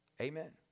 Amen